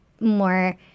more